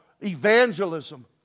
evangelism